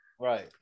Right